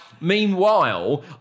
meanwhile